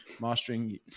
mastering